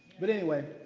but anyway,